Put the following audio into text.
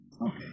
Okay